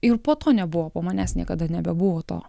ir po to nebuvo po manęs niekada nebebuvo to